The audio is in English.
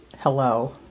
hello